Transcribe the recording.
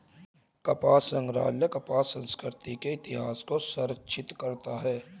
कपास संग्रहालय कपास संस्कृति के इतिहास को संरक्षित करता है